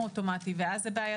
אני שואלת אם יש כאן בעיה משפטית.